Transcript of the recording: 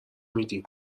میدیم